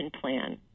plan